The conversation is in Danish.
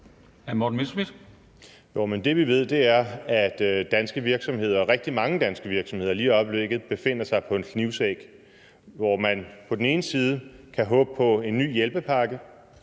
virksomheder – rigtig mange danske virksomheder – lige i øjeblikket balancerer på en knivsæg, hvor man på den ene side kan håbe på en ny hjælpepakke,